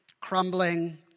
Crumbling